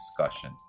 discussion